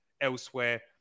elsewhere